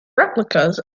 replicas